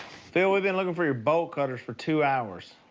phil, we've been like for your bolt cutters for two hours.